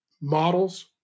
models